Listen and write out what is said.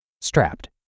Strapped